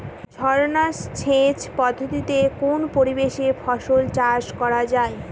ঝর্না সেচ পদ্ধতিতে কোন পরিবেশে ফসল চাষ করা যায়?